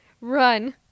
Run